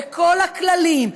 וכל הכללים,